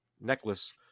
necklace